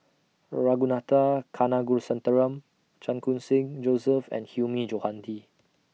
Ragunathar Kanagasuntheram Chan Khun Sing Joseph and Hilmi Johandi